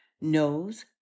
nose